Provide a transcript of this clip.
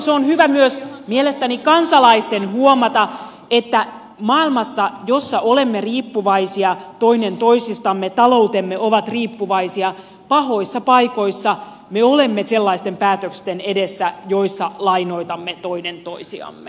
se on mielestäni hyvä myös kansalaisten huomata että maailmassa jossa olemme riippuvaisia toinen toisistamme taloutemme ovat riippuvaisia pahoissa paikoissa me olemme sellaisten päätösten edessä joissa lainoitamme toinen toisiamme